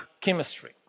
chemistry